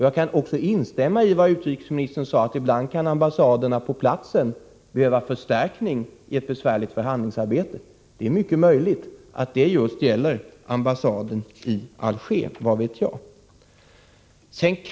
Jag kan instämma i vad utrikesministern sade, nämligen att en ambassad ibland kan behöva hjälp på platsen i ett besvärligt förhandlingsarbete. Det är mycket möjligt att det gäller just ambassaden i Alger. Vad vet jag? Sedan vill jag säga följande.